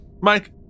Mike